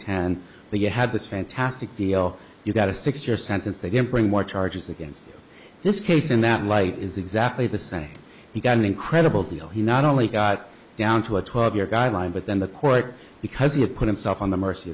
ten you had this fantastic deal you got a six year sentence they didn't bring more charges against this case in that light is exactly the same he got an incredible deal he not only got down to a twelve year guideline but then the court because he had put himself on the mercy